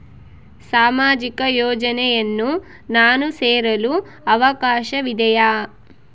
ಸಾಮಾಜಿಕ ಯೋಜನೆಯನ್ನು ನಾನು ಸೇರಲು ಅವಕಾಶವಿದೆಯಾ?